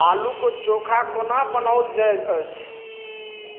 आलूके चोखा कोना बनाओल जाइत अछि